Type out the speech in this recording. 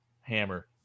Hammer